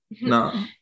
no